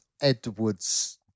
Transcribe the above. Edward's